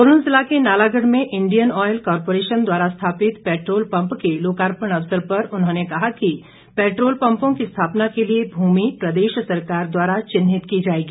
सोलेन जिला के नालागढ़ में इंडियन ऑयल कॉर्पोरेशन द्वारा स्थापित पेट्रोल पम्प के लोकार्पण अवसर पर उन्होंने कहा कि पेट्रोल पम्पों की स्थापना के लिए भूमि प्रदेश सरकार द्वारा चिन्हित की जाएगी